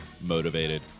motivated